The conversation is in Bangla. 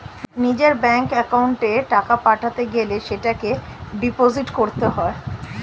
নিজের ব্যাঙ্ক অ্যাকাউন্টে টাকা পাঠাতে গেলে সেটাকে ডিপোজিট করতে হয়